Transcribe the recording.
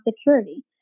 security